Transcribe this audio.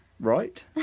Right